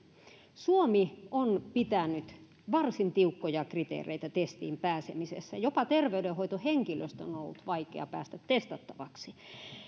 suomi on pitänyt varsin tiukkoja kriteereitä testiin pääsemisessä jopa terveydenhoitohenkilöstön on ollut vaikea päästä testattavaksi